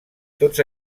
tots